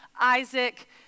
Isaac